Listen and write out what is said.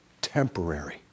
temporary